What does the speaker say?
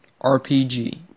RPG